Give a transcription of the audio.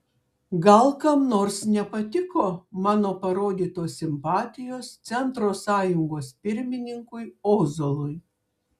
gal kam nors nepatiko mano parodytos simpatijos centro sąjungos pirmininkui ozolui